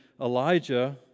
Elijah